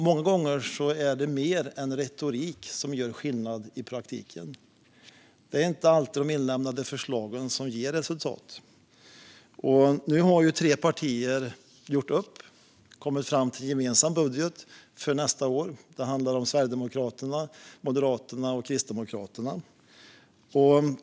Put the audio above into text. Många gånger är det mer än retorik som gör skillnad i praktiken. Det är inte alltid de inlämnade förslagen ger resultat. Nu har tre partier gjort upp och kommit fram till en gemensam budget för nästa år. Det handlar om Sverigedemokraterna, Moderaterna och Kristdemokraterna.